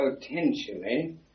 potentially